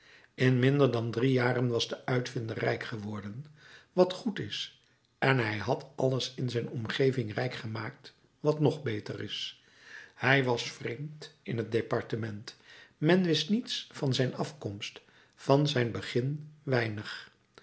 in minder dan drie jaren was de uitvinder rijk geworden wat goed is en hij had alles in zijn omgeving rijk gemaakt wat nog beter is hij was vreemd in het departement men wist niets van zijn afkomst van zijn begin weinig